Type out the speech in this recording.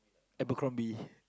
Acrobomb be